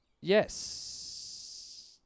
Yes